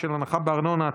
16) (חידוש אוטומטי של הנחה בתשלומי ארנונה),